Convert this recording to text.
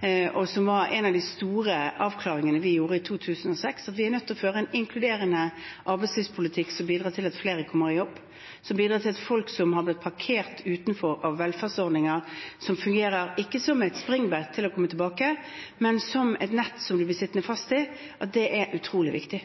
var også en av de store avklaringene vi gjorde i 2006: Vi er nødt til å føre en inkluderende arbeidslivspolitikk som bidrar til at flere kommer i jobb, og som bidrar til at folk som har blitt parkert utenfor av velferdsordninger som ikke fungerer som et springbrett til å komme tilbake, men som et nett man blir sittende fast i, kan komme tilbake i jobb. Det er utrolig viktig.